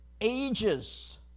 ages